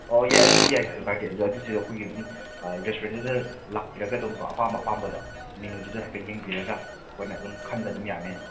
ꯑꯣ ꯌꯥꯏ ꯑꯗꯨꯖꯨ ꯌꯥꯏ ꯀꯩꯁꯨ ꯀꯥꯏꯗꯦ ꯑꯗ ꯑꯗꯨꯗ ꯑꯩꯈꯣꯏꯒꯤ ꯑꯗꯨꯝ ꯔꯦꯁꯇꯨꯔꯦꯟꯠꯗꯨꯗ ꯂꯥꯛꯄꯤꯔꯒ ꯑꯗꯨꯝ ꯀꯣ ꯑꯄꯥꯝ ꯑꯄꯥꯝꯕꯗꯣ ꯃꯦꯅꯨꯗꯨꯗ ꯍꯥꯏꯐꯦꯠ ꯌꯦꯡꯕꯤꯔꯒ ꯑꯩꯈꯣꯏꯅ ꯑꯗꯨꯝ ꯈꯟꯕ ꯑꯗꯨꯝ ꯌꯥꯔꯅꯤ ꯑꯗꯨꯝ